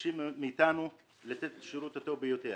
מבקשים מאתנו לתת את השירות הטוב ביותר.